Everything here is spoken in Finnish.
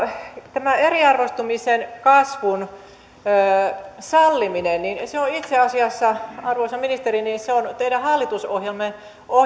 tämä eriarvoistumisen kasvun salliminen on itse asiassa arvoisa ministeri teidän hallitusohjelmanne